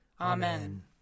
Amen